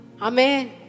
Amen